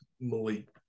Malik